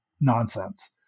nonsense